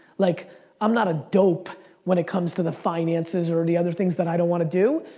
like i'm not a dope when it comes to the finances or the other things that i don't wanna do,